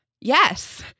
Yes